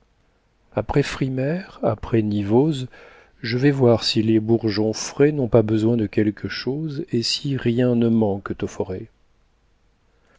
après frimaire après nivôse je vais voir si les bourgeons frais n'ont pas besoin de quelque chose et si rien ne manque aux forêts